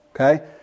Okay